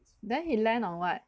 then he land on what